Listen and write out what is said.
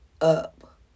up